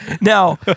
Now